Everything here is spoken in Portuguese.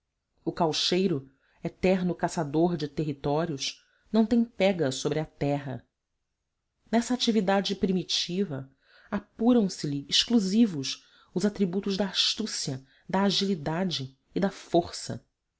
o caucheiro eterno caçador de territórios não tem pega sobre a terra nessa atividade primitiva apuram se lhe exclusivos os atributos da astúcia da agilidade e da força